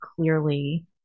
clearly